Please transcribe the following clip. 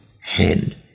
hand